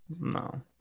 No